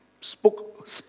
spoke